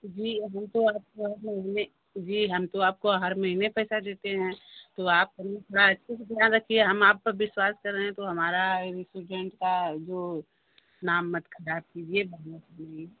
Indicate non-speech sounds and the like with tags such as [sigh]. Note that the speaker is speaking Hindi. जी हमको [unintelligible] जी हम तो आपको हर महीने पैसा देते हैं तो आप थोड़ा अच्छे से ध्यान रखिए हम आप पर बिश्वास कर रहे हैं तो हमारा रेस्टूरेन्ट का वो नाम मत खराब कीजिये [unintelligible]